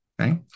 okay